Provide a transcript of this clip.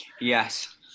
yes